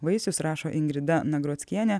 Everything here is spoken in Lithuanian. vaisius rašo ingrida nagrockienė